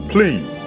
Please